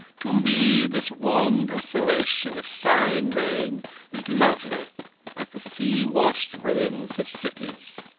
to me this wan desolation of sighing rain is lovely as the sea-washed ruins of cities.